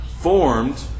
formed